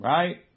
Right